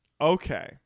okay